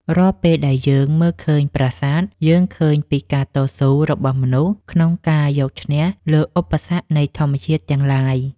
រាល់ពេលដែលយើងមើលឃើញប្រាសាទ យើងឃើញពីការតស៊ូរបស់មនុស្សក្នុងការយកឈ្នះលើឧបសគ្គនៃធម្មជាតិទាំងឡាយ។